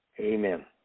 Amen